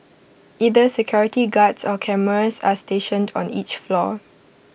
either security guards or cameras are stationed on each floor